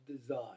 design